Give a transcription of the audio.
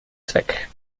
zweck